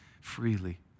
freely